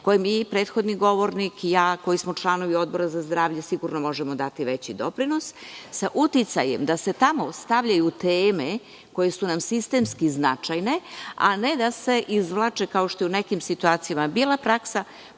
kojem mi, prethodni govornik i ja, koji smo članovi tog odbora, sigurno možemo dati veći doprinos, sa uticajem da se tamo stavljaju teme koje su nam sistemski značajne, a ne da se izvlače, kao što je u nekim situacijama bila praksa,